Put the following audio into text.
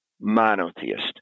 monotheist